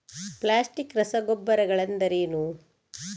Plastic ರಸಗೊಬ್ಬರಗಳೆಂದರೇನು?